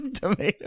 tomato